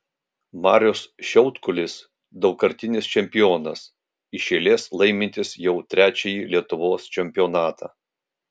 marius šiaudkulis daugkartinis čempionas iš eilės laimintis jau trečiąjį lietuvos čempionatą